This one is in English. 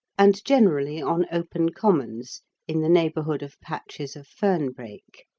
and generally on open commons in the neighbourhood of patches of fern-brake.